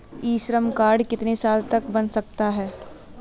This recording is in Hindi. ई श्रम कार्ड कितने साल तक बन सकता है?